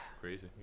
crazy